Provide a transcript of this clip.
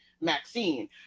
Maxine